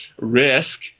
risk